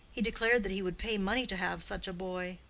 he declared that he would pay money to have such a boy.